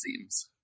seems